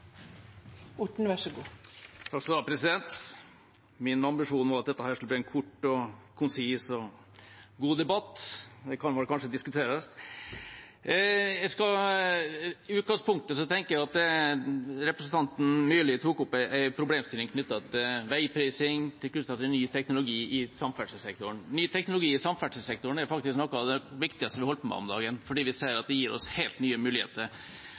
Min ambisjon var at dette skulle bli en kort, konsis og god debatt. Det kan kanskje diskuteres. I utgangspunktet tenker jeg at representanten Myrli tok opp en problemstilling knyttet til veiprising og til ny teknologi i samferdselssektoren. Ny teknologi i samferdselssektoren er faktisk noe av det viktigste vi holder på med om dagen, for vi ser at det gir oss helt nye muligheter